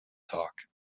talk